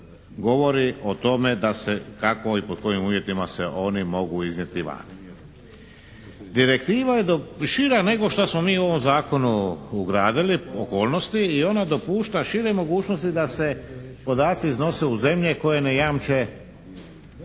govori o tome da se kako i pod kojim uvjetima se oni mogu iznijeti vani. Direktiva je šira nego što smo mi u ovom zakonu ugradili okolnosti i ona dopušta šire mogućnosti da se podaci iznose u zemlje koje ne jamče